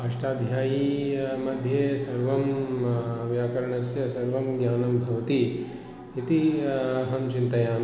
अष्टाध्यायीमध्ये सर्वं व्याकरणस्य सर्वं ज्ञानं भवति इति अहं चिन्तयामि